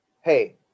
hey